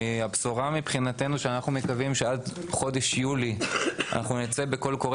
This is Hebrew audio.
הבשורה מבחינתנו היא שאנחנו מקווים שעד חודש יולי אנחנו נצא בקול קורא